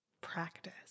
Practice